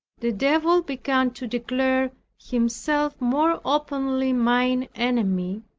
the devil began to declare himself more openly mine enemy,